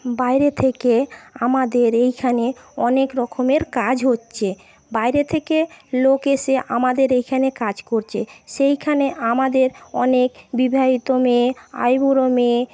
বাইরে থেকে আমাদের এইখানে অনেক রকমের কাজ হচ্চে বাইরে থেকে লোক এসে আমাদের এইখানে কাজ করছে সেইখানে আমাদের অনেক বিবাহিত মেয়ে আইবুড়ো মেয়ে